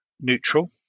neutral